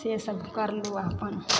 सेसभ करलु अपन